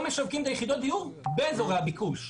משווקים את יחידות הדיור באזורי הביקוש.